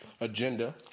Agenda